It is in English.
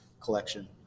collection